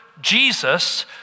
Jesus